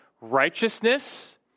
righteousness